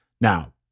Now